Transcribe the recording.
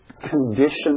condition